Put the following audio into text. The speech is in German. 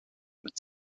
mit